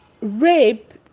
rape